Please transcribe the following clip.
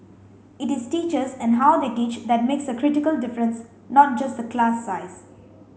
it is teachers and how they teach that makes a critical difference not just the class size